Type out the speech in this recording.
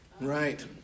Right